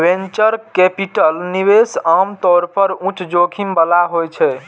venture capital निवेश आम तौर पर उच्च जोखिम बला होइ छै